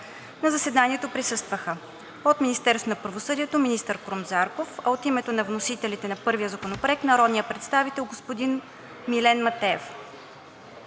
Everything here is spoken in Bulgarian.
На заседанието присъстваха – от Министерство на правосъдието: министър Крум Зарков, а от името на вносителите на първия законопроект: народният представител господин Милен Матеев.